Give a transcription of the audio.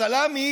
הסלאמי